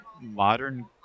modern